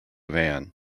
van